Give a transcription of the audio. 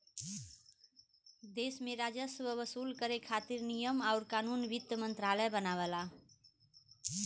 देश में राजस्व वसूल करे खातिर नियम आउर कानून वित्त मंत्रालय बनावला